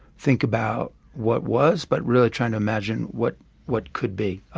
think about what was, but really trying to imagine what what could be.